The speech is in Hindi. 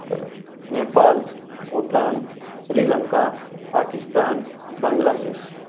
नेपाल भूटान श्रीलंका पाकिस्तान बांग्ला देश